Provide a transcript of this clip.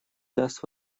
даст